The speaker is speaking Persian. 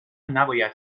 نباید